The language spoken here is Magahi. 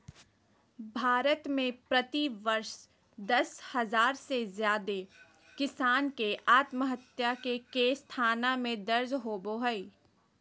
भारत में प्रति वर्ष दस हजार से जादे किसान के आत्महत्या के केस थाना में दर्ज होबो हई